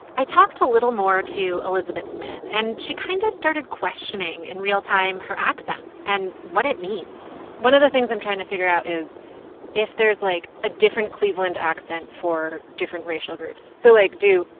i talked a little more to elizabeth smith. and she kind of started questioning in real time her accent and what it means one of the things i'm trying to figure out is if there's like a different cleveland accent for different racial groups. so, like, do,